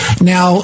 Now